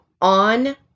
on